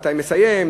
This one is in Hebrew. מתי מסתיים,